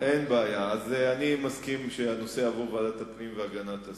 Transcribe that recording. אני מסכים שהנושא יעבור לוועדת הפנים והגנת הסביבה.